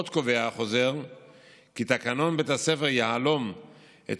עוד קובע החוזר כי "תקנון בית הספר יהלום את